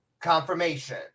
confirmation